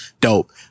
Dope